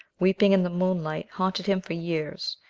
weeping in the moonlight, haunted him for years.